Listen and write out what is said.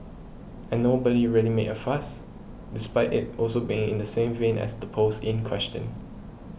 and nobody really made a fuss despite it also being in the same vein as the post in question